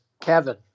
Kevin